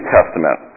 Testament